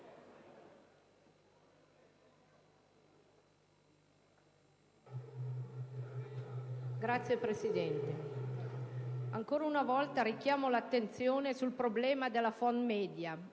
Signor Presidente, ancora una volta richiamo l'attenzione sul problema della Phonemedia.